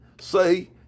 say